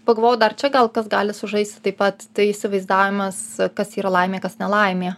pagalvojau dar čia gal kas gali sužaisti taip pat tai įsivaizdavimas kas yra laimė kas nelaimė